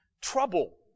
trouble